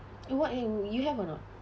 eh what and you have or not